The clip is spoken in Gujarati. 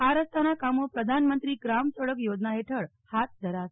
આ રસ્તાના કામો પ્રધાનમંત્રી ગ્રામ સડક યોજના હેઠળ હાથ ધરાશે